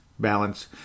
balance